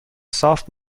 soft